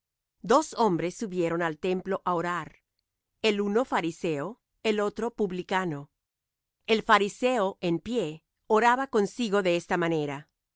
dos hombres subieron al templo á orar el uno fariseo el otro publicano el fariseo en pie oraba consigo de esta manera